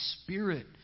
spirit